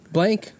Blank